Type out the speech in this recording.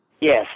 Yes